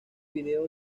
vídeo